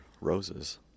roses